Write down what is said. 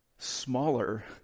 Smaller